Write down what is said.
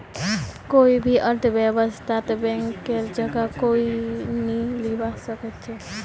कोई भी अर्थव्यवस्थात बैंकेर जगह कोई नी लीबा सके छेक